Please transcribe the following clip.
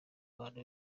bantu